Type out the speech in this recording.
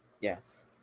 Yes